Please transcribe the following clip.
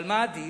אבל מה עדיף?